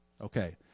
Okay